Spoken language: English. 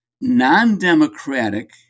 non-democratic